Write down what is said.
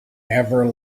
never